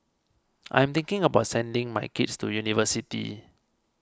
I'm thinking about sending my kids to university